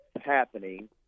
happening